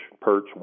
perch